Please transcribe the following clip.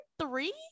three